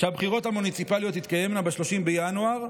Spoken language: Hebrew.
שהבחירות המוניציפליות תתקיימנה ב-30 בינואר,